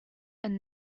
and